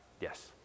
Yes